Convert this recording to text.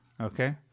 Okay